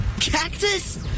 Cactus